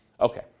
Okay